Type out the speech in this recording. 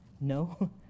No